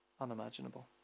unimaginable